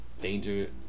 danger